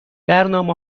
برنامه